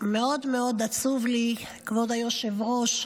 מאוד מאוד עצוב לי, כבוד היושב-ראש,